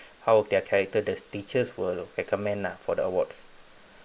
how their character there's teachers who will recommend lah for the awards